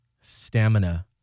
Stamina